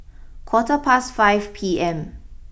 quarter past five P M